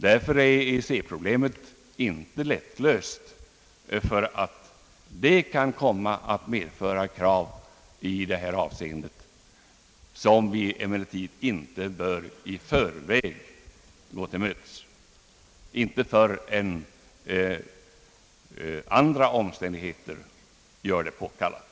EEC-problemet är inte lättlöst och kan komma att medföra krav i detta avseende, som vi emellertid inte i förväg bör gå till mötes, utan ta ställning till först när andra omständigheter gör det påkallat.